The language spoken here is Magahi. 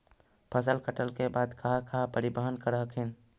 फसल कटल के बाद कहा कहा परिबहन कर हखिन?